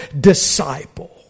disciple